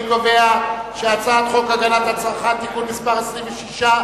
אני קובע שהצעת חוק הגנת הצרכן (תיקון מס' 26),